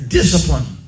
discipline